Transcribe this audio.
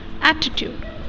attitude